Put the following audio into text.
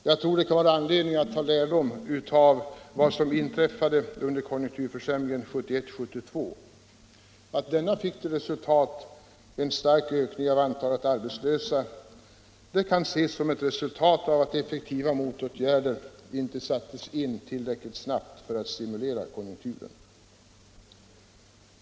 Jag tror det kan vara anledning att ta lärdom av vad som inträffade under konjunkturförsämringen 1971-1972. Att denna fick till följd en stark ökning av antalet arbetslösa kan ses som ett resultat av att effektiva motåtgärder inte sattes in tillräckligt snabbt för att stimulera konjunkturen.